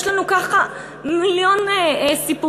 יש לנו, ככה, מיליון סיפורים.